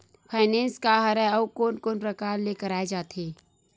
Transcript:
Finance का हरय आऊ कोन कोन प्रकार ले कराये जाथे?